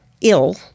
ill